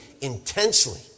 intensely